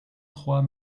trois